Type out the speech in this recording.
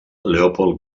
leopold